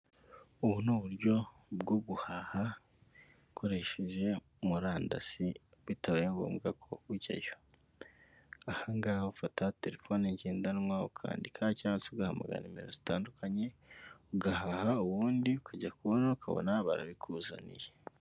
Ubu ni uburyo bwo guhaha ukoresheje murandasi bitabaye ngombwa ko ujyayo, ahangaha ufata telefone ngendanwa ukandika cyangwa se ugahamagara nimero zitandukanye, ugahaha ubundi ukajya kubona ukabona barabikuzaniye.